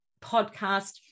podcast